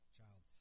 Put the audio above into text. child